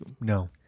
No